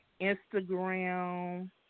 Instagram